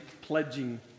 pledging